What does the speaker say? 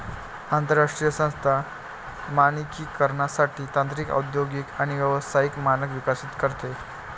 आंतरराष्ट्रीय संस्था मानकीकरणासाठी तांत्रिक औद्योगिक आणि व्यावसायिक मानक विकसित करते